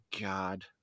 God